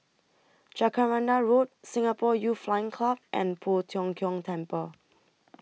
Jacaranda Road Singapore Youth Flying Club and Poh Tiong Kiong Temple